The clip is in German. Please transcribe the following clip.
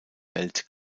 welt